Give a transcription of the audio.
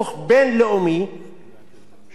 זה לא עניין ישראלי פנימי.